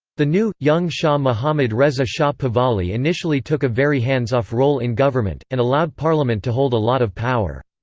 the new, young shah mohammad reza shah pahlavi initially took a very hands-off role in government, and allowed parliament to hold a lot of power.